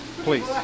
please